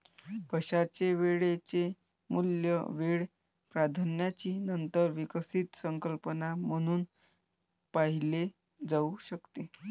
पैशाचे वेळेचे मूल्य वेळ प्राधान्याची नंतर विकसित संकल्पना म्हणून पाहिले जाऊ शकते